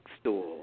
store